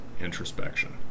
introspection